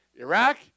Iraq